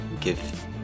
give